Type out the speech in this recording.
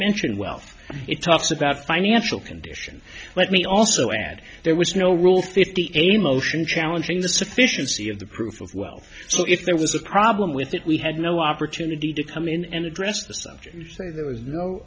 mention wealth it talks about financial condition let me also add there was no rule fifty a motion challenging the sufficiency of the proof of wealth so if there was a problem with it we had no opportunity to come in and address the subject